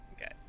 Okay